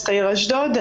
אשדוד,